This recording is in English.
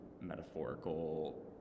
metaphorical